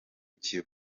kiba